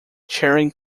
charing